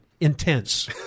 intense